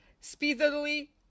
speedily